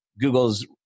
Google's